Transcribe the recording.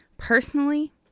Personally